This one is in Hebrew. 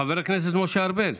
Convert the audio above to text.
חבר הכנסת משה ארבל.